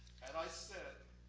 and i said,